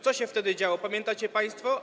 Co się wtedy działo, pamiętacie państwo?